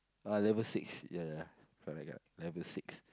ah level six ya ya ya correct correct level six